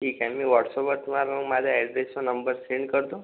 ठीक आहे मी व्हॉट्सअपवर तुम्हाला मग माझा अॅड्रेसचा नंबर सेंड करतो